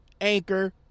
Anchor